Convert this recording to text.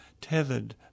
tethered